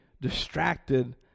distracted